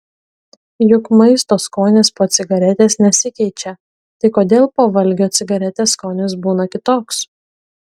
juk maisto skonis po cigaretės nesikeičia tai kodėl po valgio cigaretės skonis būna kitoks